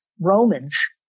Romans